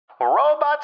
Robots